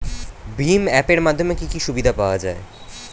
ভিম app এর মাধ্যমে কি কি সুবিধা পাওয়া যায়?